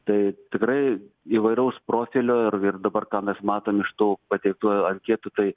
tai tikrai įvairaus profilio ir ir dabar ką mes matom iš tų pateiktų anketų tai